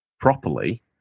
properly